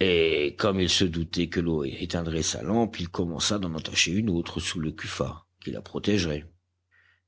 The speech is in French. et comme il se doutait que l'eau éteindrait sa lampe il commanda d'en attacher une autre sous le cuffat qui la protégerait